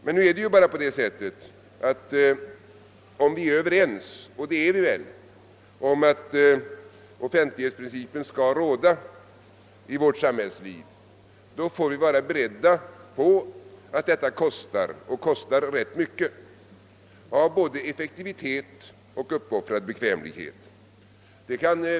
Men om vi är överens om — och det är vi väl — att offentlighetsprincipen skall råda i vårt samhälle, får vi vara beredda på att detta kostar och kostar rätt mycket både när det gäller effektivitet och uppoffrad bekvämlighet.